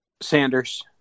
Sanders